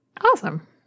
Awesome